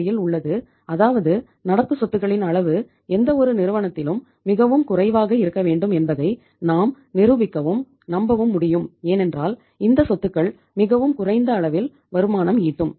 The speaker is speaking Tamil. ஐ யில் உள்ளது அதாவது நடப்பு சொத்துகளின் அளவு எந்த ஒரு நிறுவனத்திலும் மிகவும் குறைவாக இருக்க வேண்டும் என்பதை நாம் நிரூபிக்கவும் நம்பவும் முடியும் ஏனென்றால் இந்த சொத்துக்கள் மிகவும் குறைந்த அளவில் வருமானம் ஈட்டும்